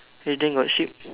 heading got ship